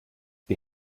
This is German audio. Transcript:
die